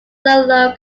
solo